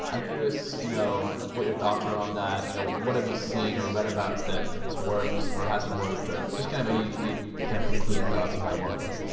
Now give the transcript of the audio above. i'm curious you know what your thoughts are on that. you know what have you seen or read about that has worked or hasn't worked or just kind of any kind of concluding thoughts you have on that.